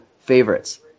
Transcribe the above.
favorites